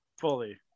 Fully